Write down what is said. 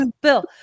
Bill